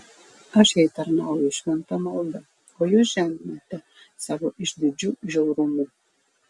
aš jai tarnauju šventa malda o jūs žeminate savo išdidžiu žiaurumu